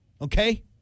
Okay